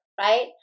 right